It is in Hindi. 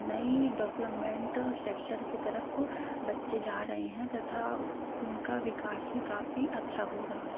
नई डवलपमेंट सेक्टर की तरफ़ बच्चे जा रहे हैं तथा उनका विकास भी काफ़ी अच्छा हो रहा है